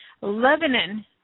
Lebanon